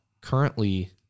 currently